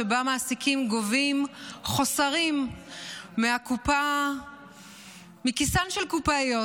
שבה מעסיקים גובים חוסרים מהקופה מכיסן של קופאיות.